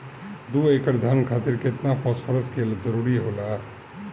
दु एकड़ धान खातिर केतना फास्फोरस के जरूरी होला?